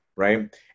Right